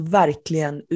verkligen